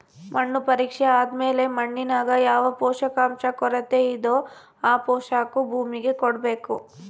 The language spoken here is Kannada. ಮಣ್ಣು ಪರೀಕ್ಷೆ ಆದ್ಮೇಲೆ ಮಣ್ಣಿನಾಗ ಯಾವ ಪೋಷಕಾಂಶ ಕೊರತೆಯಿದೋ ಆ ಪೋಷಾಕು ಭೂಮಿಗೆ ಕೊಡ್ಬೇಕು